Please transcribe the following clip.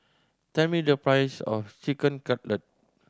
tell me the price of Chicken Cutlet